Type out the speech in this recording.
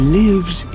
lives